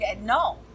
No